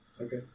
Okay